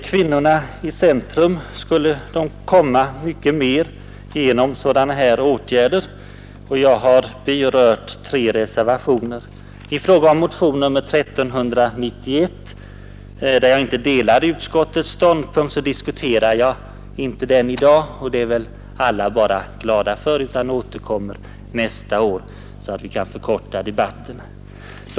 Kvinnorna skulle komma i centrum mycket mer genom de åtgärder som föreslås i de tre reservationer jag berört. Motionen 1391, beträffande vilken jag inte delar utskottets ståndpunkt, diskuterar jag inte i dag utan jag återkommer nästa år, så att vi kan förkorta debatten nu.